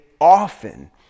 often